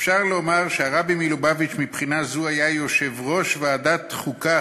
אפשר לומר שהרבי מלובביץ' מבחינה זו היה יושב-ראש ועדת החוקה,